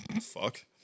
Fuck